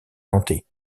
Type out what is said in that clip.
nantais